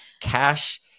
cash